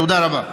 תודה רבה.